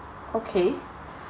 okay